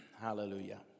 Hallelujah